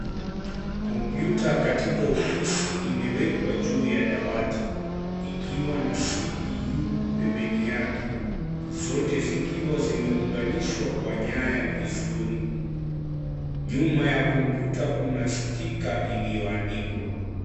Kompyuta katika ofisi imewekwa juu ya dawati ikiwa na CPU pembeni yake, zote zikiwa zimeunganishwa kwa nyaya vizuri. Nyuma ya kompyuta kuna sticker iliyoandikwa.